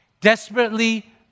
desperately